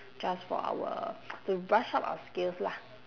just for our to brush up our skills lah